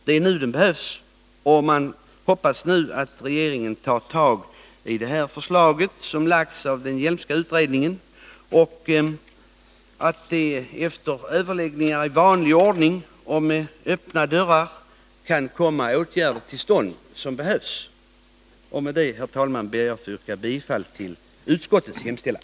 Det är nu etableringskontrollen behövs, och jag hoppas att regeringen tar fasta på det förslag som lagts fram i den Hjelmska utredningen och att det efter överläggningar i vanlig ordning och med öppna dörrar blir möjligt att vidta de åtgärder som behövs. Med detta ber jag, herr talman, att få yrka bifall till utskottets hemställan.